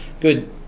good